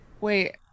wait